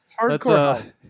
Hardcore